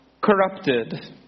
corrupted